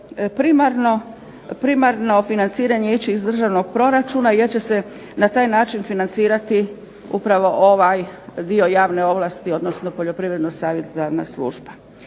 primarno financiranje ići iz državnog proračuna jer će se na taj način financirati upravo ovaj dio javne ovlasti, odnosno Poljoprivredno savjetodavna služba.